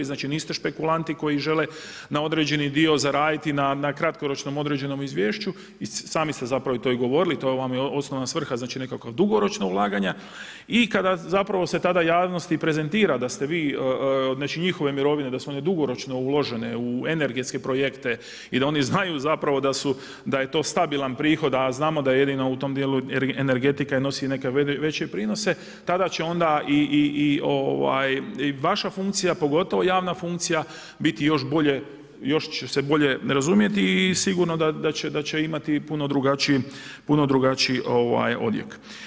Znači, niste špekulanti koji žele na određeni dio zaraditi na kratkoročnom određenom izvješću i sami ste zapravo to i govorili, to vam je osnovna svrha znači nekakva dugoročna ulaganja i kada zapravo se tada javnosti prezentira da ste vi znači, njihove mirovine da su one dugoročno uložene u energetske projekte i da oni znaju zapravo da je to stabilan prihod, a znamo da jedino u tom dijelu energetika nosi neke veće prinose, tada će onda i vaša funkcija, pogotovo javna funkcija biti još bolje, još će se bolje razumjeti i sigurno da će imati puno drugačiji odjek.